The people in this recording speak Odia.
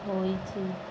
ହୋଇଛି